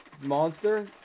monster